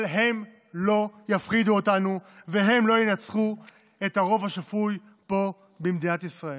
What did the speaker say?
אבל הם לא יפחידו אותנו והם לא ינצחו את הרוב השפוי פה במדינת ישראל.